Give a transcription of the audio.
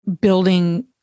building